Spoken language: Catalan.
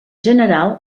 general